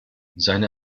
seine